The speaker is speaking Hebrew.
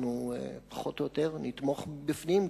פחות או יותר: אנחנו נתמוך מבפנים,